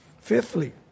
Fifthly